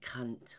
cunt